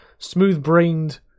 smooth-brained